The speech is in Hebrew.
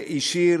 שהשאיר